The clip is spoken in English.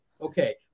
Okay